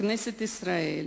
בכנסת ישראל,